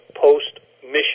post-mission